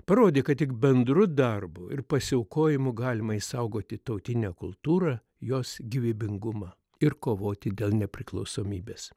parodė kad tik bendru darbu ir pasiaukojimu galima išsaugoti tautinę kultūrą jos gyvybingumą ir kovoti dėl nepriklausomybės